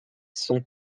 son